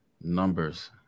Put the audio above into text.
numbers